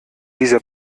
dieser